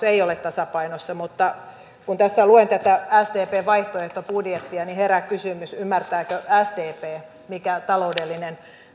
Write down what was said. ei ole tasapainossa mutta kun tässä luen tätä sdpn vaihtoehtobudjettia niin herää kysymys ymmärtääkö sdp mikä taloudellinen